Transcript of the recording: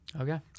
okay